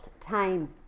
time